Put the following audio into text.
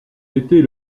était